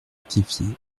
rectifié